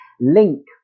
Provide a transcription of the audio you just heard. Link